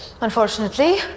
Unfortunately